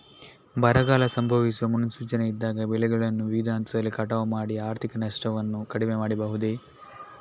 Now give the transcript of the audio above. ಬರಗಾಲ ಸಂಭವಿಸುವ ಮುನ್ಸೂಚನೆ ಇದ್ದಾಗ ಬೆಳೆಗಳನ್ನು ವಿವಿಧ ಹಂತದಲ್ಲಿ ಕಟಾವು ಮಾಡಿ ಆರ್ಥಿಕ ನಷ್ಟವನ್ನು ಕಡಿಮೆ ಮಾಡಬಹುದೇ?